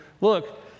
look